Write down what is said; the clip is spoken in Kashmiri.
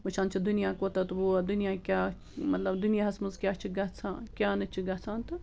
وٕچھان چھُ دُنیا کوٚتتھ ووت دُنیا کیٛاہ مطلب دُنیاہس منٛز کیٛاہ چھُ گَژھان کیٛاہ نہٕ چھُ گَژھان تہٕ